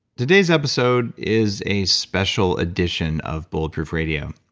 today's episode is a special edition of bulletproof radio.